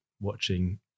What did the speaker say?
watching